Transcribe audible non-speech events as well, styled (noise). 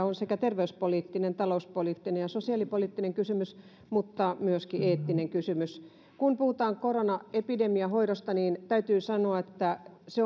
(unintelligible) on terveyspoliittinen talouspoliittinen ja sosiaalipoliittinen kysymys mutta myöskin eettinen kysymys kun puhutaan koronaepidemian hoidosta niin täytyy sanoa että se (unintelligible)